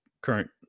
current